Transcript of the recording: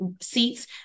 seats